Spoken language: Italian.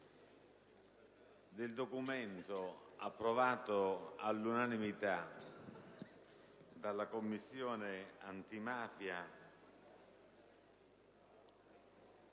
del documento approvato all'unanimità dalla Commissione antimafia